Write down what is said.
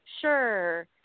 sure